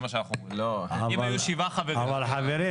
חברים,